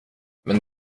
men